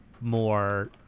more